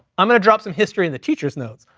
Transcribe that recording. i'm gonna drop some history in the teacher's notes,